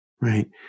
right